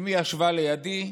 אימי ישבה לידי,